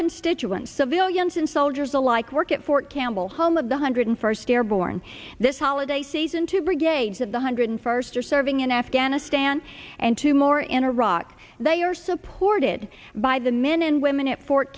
constituents civilians and soldiers alike work at fort campbell home of the hundred first airborne this holiday season two brigades of the hundred first are serving in afghanistan and two more in iraq they are supported by the men and women at fort